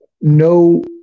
No